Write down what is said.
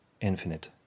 infinite